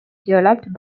developed